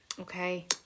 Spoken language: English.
Okay